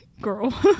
girl